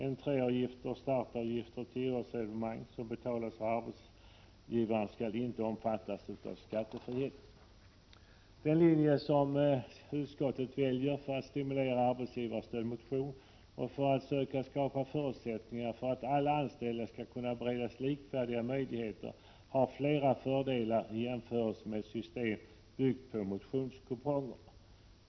Entréavgifter och startavgifter till idrottsevenemang som betalas av arbetsgivaren skall inte omfattas av skattefriheten. Den linje som utskottet väljer för att stimulera arbetsgivarstödd motion och för att söka skapa förutsättningar för att alla anställda skall kunna beredas likvärdiga möjligheter har flera fördelar i jämförelse med ett system byggt på motionskuponger.